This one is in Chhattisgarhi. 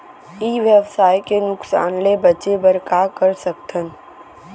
ई व्यवसाय के नुक़सान ले बचे बर का कर सकथन?